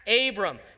Abram